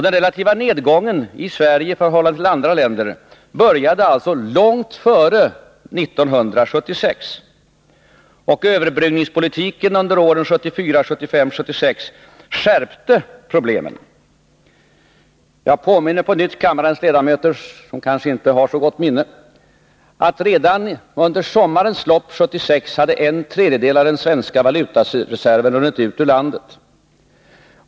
Den relativa nedgången i Sverige i förhållande till andra länder började alltså långt före 1976, och överbryggningspolitiken under åren 1974, 1975 och 1976 skärpte problemen. Jag påminner på nytt de av kammarens ledamöter som kanske inte har så gott minne om att redan under sommaren 1976 hade en tredjedel av den svenska valutareserven runnit ut ur landet.